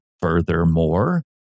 furthermore